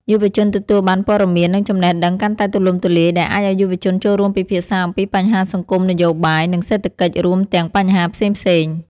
យុវជនទទួលបានព័ត៌មាន និងចំណេះដឹងកាន់តែទូលំទូលាយ ដែលអាចឲ្យយុវជនចូលរួមពិភាក្សាអំពីបញ្ហាសង្គម នយោបាយ និងសេដ្ឋកិច្ចរួមទាំងបញ្ហាផ្សេងៗ។